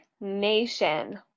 Nation